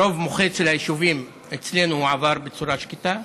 ברוב המוחץ של היישובים אצלנו הוא עבר בצורה שקטה.